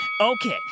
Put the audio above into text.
Okay